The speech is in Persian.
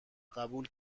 قبول